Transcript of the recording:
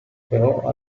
però